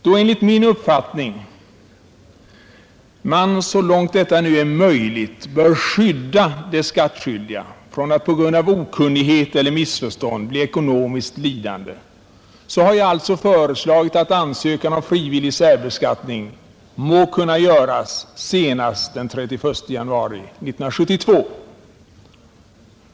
Då man enligt min uppfattning så långt det är möjligt bör skydda de skattskyldiga från att på grund av okunnighet eller missförstånd bli ekonomiskt lidande har jag alltså föreslagit att ansökan om frivillig särbeskattning må kunna göras senast den 31 januari 1972.